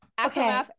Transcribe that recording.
okay